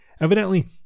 Evidently